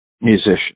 musician